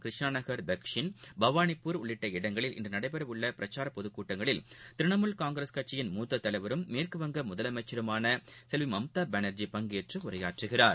கிருஷ்ணாநகர் தக்கின் பவானிபூர் உள்ளிட்ட இடங்களில் டெகட்டா இன்றுநடைபெறும் பிரச்சாரபொதுக்கூட்டங்களில் திரிணாமுல் காங்கிரஸ் கட்சியின் மேற்குவங்க முத்ததலைவரும் முதலமைச்சருமானசெல்விமம்தாபானர்ஜி பங்கேற்றுஉரையாற்றுகிறார்